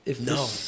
No